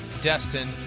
Destin